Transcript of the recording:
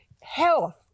Health